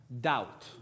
doubt